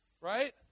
right